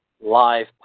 live